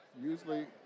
Usually